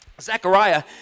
Zechariah